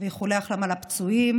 ואיחולי החלמה לפצועים,